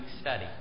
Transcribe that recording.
study